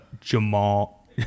Jamal